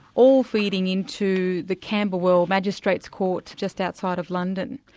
all feeding into the camberwell magistrate's court just outside of london.